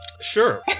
Sure